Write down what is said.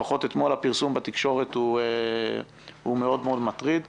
לפחות אתמול הפרסום בתקשורת היה מטריד מאוד.